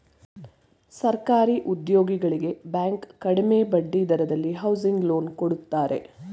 ಸರ್ಕಾರಿ ಉದ್ಯೋಗಿಗಳಿಗೆ ಬ್ಯಾಂಕ್ ಕಡಿಮೆ ಬಡ್ಡಿ ದರದಲ್ಲಿ ಹೌಸಿಂಗ್ ಲೋನ್ ಕೊಡುತ್ತಾರೆ